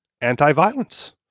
anti-violence